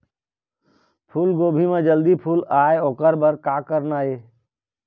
फूलगोभी म जल्दी फूल आय ओकर बर का करना ये?